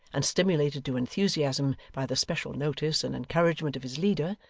and stimulated to enthusiasm by the special notice and encouragement of his leader,